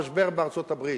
המשבר בארצות-הברית.